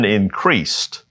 increased